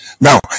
Now